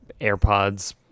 AirPods